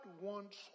wants